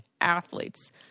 athletes